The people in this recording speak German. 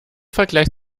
vergleich